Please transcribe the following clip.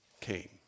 came